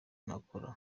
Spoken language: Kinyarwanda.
nakora